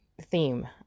theme